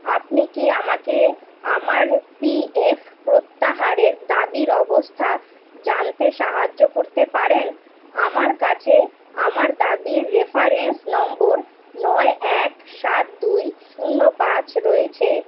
আপনি কি আমাকে আমার পি এফ প্রত্যাহারের দাবির অবস্থা জানতে সাহায্য করতে পারেন আমার কাছে আমার দাবির রেফারেন্স নম্বর নয় এক সাত দুই শূন্য পাঁচ রয়েছে